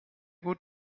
gut